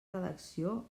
redacció